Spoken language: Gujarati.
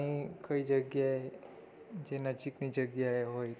પાણી કઈ જગ્યાએ જે નજીકની જગ્યાએ હોય